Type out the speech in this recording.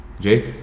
Jake